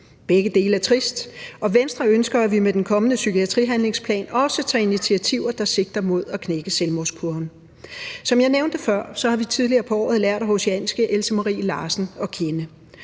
Begge dele er trist, og Venstre ønsker, at vi med den kommende psykiatrihandlingsplan også tager initiativer, der sigter mod at knække selvmordskurven. Som jeg nævnte før, har vi tidligere på året lært aarhusianske Else Marie Larsen at kende.